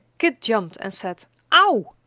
kit jumped and said ow!